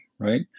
Right